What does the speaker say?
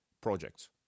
projects